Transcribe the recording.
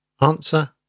Answer